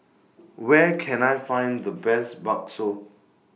Where Can I Find The Best Bakso